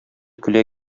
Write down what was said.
көлә